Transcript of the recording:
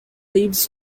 leaves